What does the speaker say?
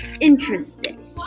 interesting